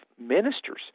ministers